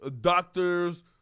doctors